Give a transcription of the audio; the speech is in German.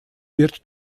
wird